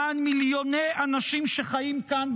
למען מיליוני אנשים שחיים כאן,